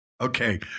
Okay